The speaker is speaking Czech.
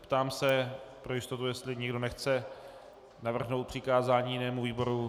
Ptám se pro jistotu, jestli někdo nechce navrhnout přikázání jinému výboru.